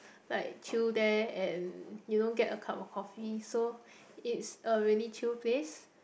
like chill there and you know get a cup of coffee so it's a really chill place